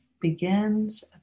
begins